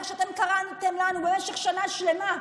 איך שאתם קראתם לנו במשך שלמה,